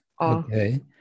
Okay